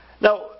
Now